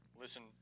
listen –